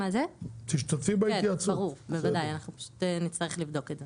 כן, ברור, אנחנו פשוט נצטרך לבדוק את זה.